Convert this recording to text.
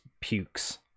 pukes